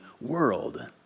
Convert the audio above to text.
world